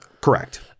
Correct